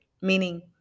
meaning